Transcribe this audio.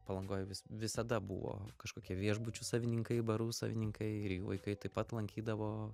palangoj vis visada buvo kažkokie viešbučių savininkai barų savininkai ir jų vaikai taip pat lankydavo